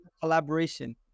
collaboration